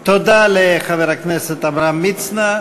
תודה לחבר הכנסת עמרם מצנע.